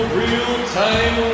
real-time